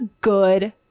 good